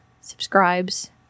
subscribes